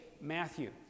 Matthew